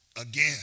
again